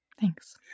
Thanks